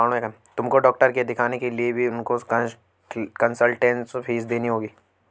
तुमको डॉक्टर के दिखाने के लिए भी उनको कंसलटेन्स फीस देनी होगी